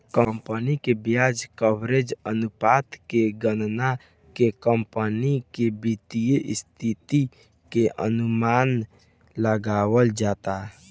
company के ब्याज coverage अनुपात के गणना के कंपनी के वित्तीय स्थिति के अनुमान लगावल जाता